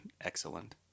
excellent